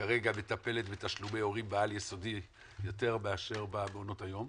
כרגע מטפלת בתשלומי הורים בעל יסודי יותר מאשר מעונות היום.